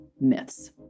myths